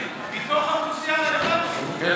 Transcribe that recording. מתוך האוכלוסייה הרלוונטית.